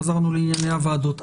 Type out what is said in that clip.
חזרנו לענייני הוועדות,